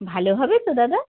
ভালো হবে তো দাদা